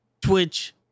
Twitch